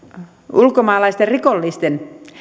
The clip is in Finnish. ulkomaalaisten rikollisten